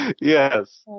Yes